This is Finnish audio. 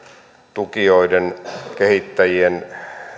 tukijoiden kehittäjien